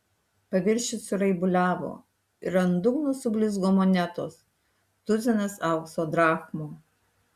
paviršius suraibuliavo ir ant dugno sublizgo monetos tuzinas aukso drachmų